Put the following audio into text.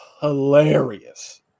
hilarious